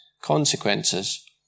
consequences